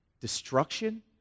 Destruction